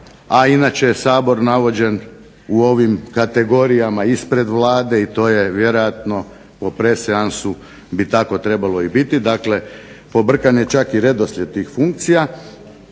a inače je Sabor navođen u ovim kategorijama ispred Vlade i to je vjerojatno po preseansu bi tako trebalo biti, pobrkan je čak i redoslijed tih funkcija.